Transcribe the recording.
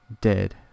dead